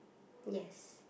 yes